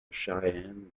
cheyenne